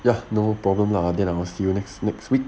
ya no problem lah that atmosphere next next week